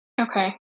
okay